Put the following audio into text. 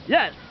Yes